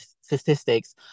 statistics